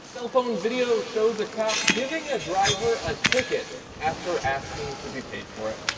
cell phone video shows a cop giving a driver a ticket after asking to be paid for it.